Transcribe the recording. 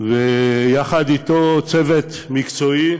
ויחד אתו צוות מקצועי,